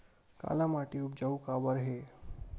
काला माटी उपजाऊ काबर हे?